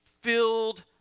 filled